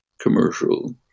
commercial